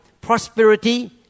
prosperity